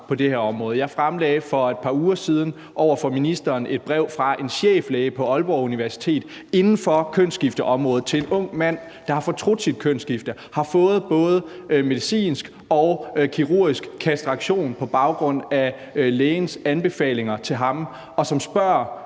på det her område. Jeg fremlagde for et par uger siden over for ministeren et brev fra en cheflæge på Aalborg Universitet inden for kønsskifteområdet til en ung mand, som har fortrudt sit kønsskifte, som har fået både medicinsk og kirurgisk kastration på baggrund af lægens anbefalinger til ham, og som spørger